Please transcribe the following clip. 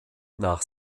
nach